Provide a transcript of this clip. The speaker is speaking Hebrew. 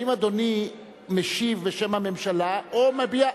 האם אדוני משיב בשם הממשלה, או מביע,